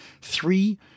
three